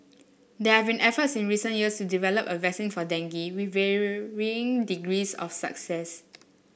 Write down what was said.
there have been efforts in recent years to develop a vaccine for dengue with varying degrees of success